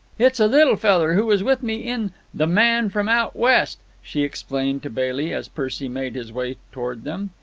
it's a little feller who was with me in the man from out west, she explained to bailey as percy made his way toward them.